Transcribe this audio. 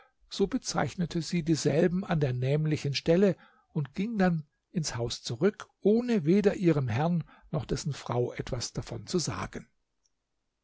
so bezeichnete sie dieselben an der nämlichen stelle und ging sodann in das haus zurück ohne weder ihrem herrn noch dessen frau etwas davon zu sagen